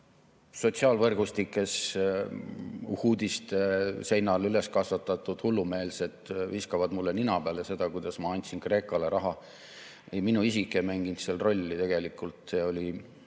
Sotsiaalvõrgustikes uhuudiste seinal üles kasvatatud hullumeelsed viskavad mulle siiamaani nina peale seda, kuidas ma andsin Kreekale raha. Minu isik ei mänginud seal rolli, tegelikult oli